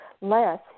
less